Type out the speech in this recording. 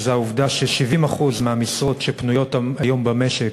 וזה העובדה ש-70% מהמשרות שפנויות היום במשק,